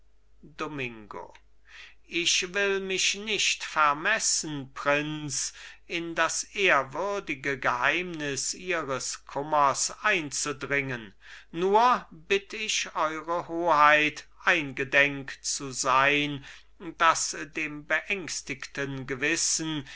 domingo ich will mich nicht vermessen prinz in das ehrwürdige geheimnis ihres kummers einzudringen nur bitt ich eure hoheit eingedenk zu sein daß dem beängstigten gewissen